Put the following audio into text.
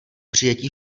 přijetí